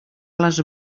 les